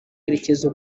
yerekeza